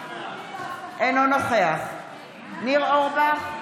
אינו נוכח ניר אורבך,